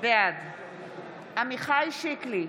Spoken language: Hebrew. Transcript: בעד עמיחי שיקלי,